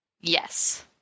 Yes